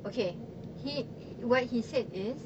okay he what he said is